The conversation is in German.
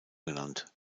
genannt